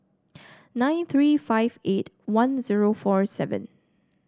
nine three five eight one zero four seven